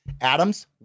Adams